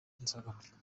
nzagaruka